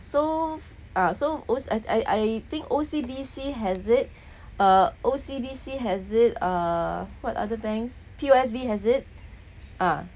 so ah so most I I I think O_C_B_C has it uh O_C_B_C has it uh what other banks P_O_S_B has it ah